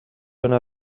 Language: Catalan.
una